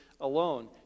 alone